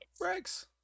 Rex